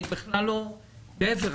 להיפך,